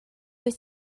wyt